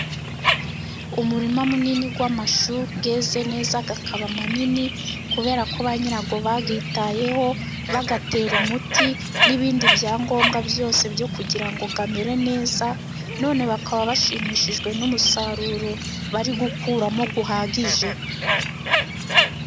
Umurima munini w'amashu weze neza aba manini, kubera ko ba nyirayo bayiitayeho bayatera umuti n'ibindi byangombwa byose byo kugira ngo amere neza, none bakaba bashimishijwe n'umusaruro bari gukuramo uhagije.